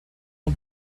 had